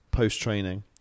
post-training